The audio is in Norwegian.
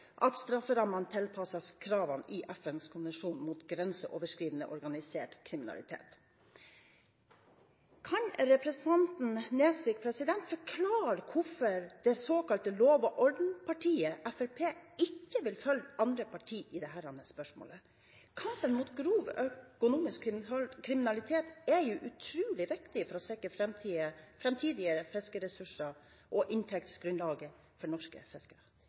at strafferammene tilpasses kravene i FNs konvensjon mot grenseoverskridende organisert kriminalitet. Kan representanten Nesvik forklare hvorfor det såkalte lov-og-orden-partiet Fremskrittspartiet ikke vil følge andre partier i dette spørsmålet? Kampen mot grov økonomisk kriminalitet er utrolig viktig for å sikre framtidige fiskeressurser og inntektsgrunnlaget for norske fiskere.